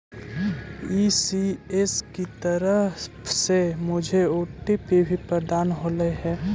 ECS की तरफ से मुझे ओ.टी.पी भी प्राप्त होलई हे